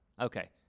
Okay